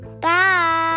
Bye